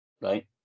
right